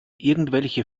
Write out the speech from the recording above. irgendwelche